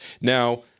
Now